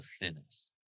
thinnest